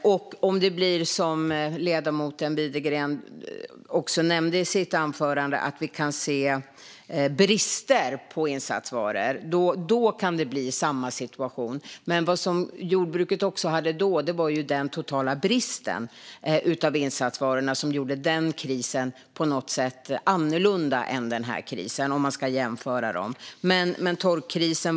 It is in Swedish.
Om det blir så som ledamoten Widegren nämnde i sitt anförande att vi kan se brist på insatsvaror kan det bli samma situation. Vad jordbruket hade då var den totala bristen på insatsvarorna. Det gjorde den krisen på något sätt annorlunda än den här krisen, om man ska jämföra dem.